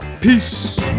Peace